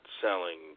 selling